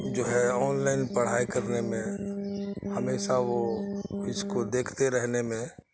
جو ہے online پڑھائی کرنے میں ہمیشہ وہ اس کو دیکھتے رہنے میں